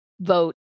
vote